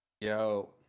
Yo